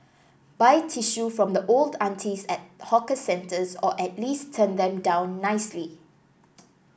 buy tissue from the old aunties at hawker centres or at least turn them down nicely